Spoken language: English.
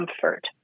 comfort